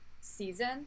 season